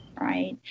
Right